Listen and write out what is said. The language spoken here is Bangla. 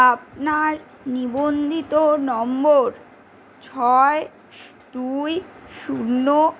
আপনার নিবন্ধিত নম্বর ছয় দুই শূন্য